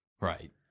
Right